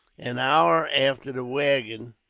an hour after the waggon